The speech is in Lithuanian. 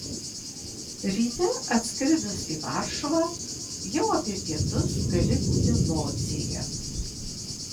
ryte atskridus į varšuvą jau apie pietus gali būti lodzėje